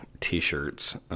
t-shirts